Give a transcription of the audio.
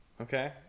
Okay